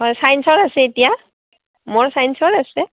হয় ছাইন্সৰ আছে এতিয়া মোৰ ছাইন্সৰ আছে